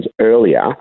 earlier